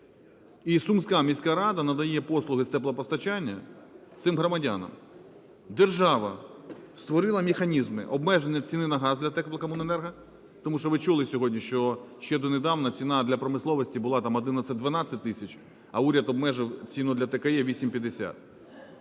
І Сумська міська рада надає послуги з теплопостачання цим громадянам. Держава створила механізми обмеження ціни на газ для теплокомуненерго, тому що ви чули сьогодні, що ще донедавна ціна для промисловості була там 11-12 тисяч, а уряд обмежив ціну для ТКЕ 8,50,